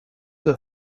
the